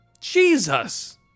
Jesus